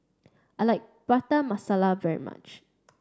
I like Prata Masala very much